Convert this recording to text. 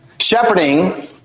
Shepherding